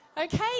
okay